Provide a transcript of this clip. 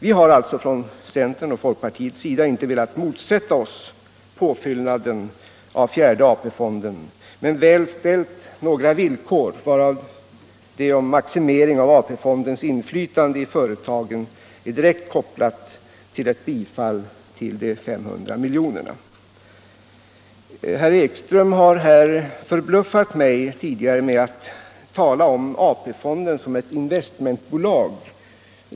Vi har därför från centerpartiet och folkpartiet inte velat motsätta oss påfyllnaden av fjärde AP-fonden men väl ställt några villkor, av vilka det om maximering av AP-fondens inflytande i företagen är direkt kopplat till ett bifall till de 500 miljonerna. Herr Ekström har förbluffat mig med att tala om AP-fonden som ett investmentbolag.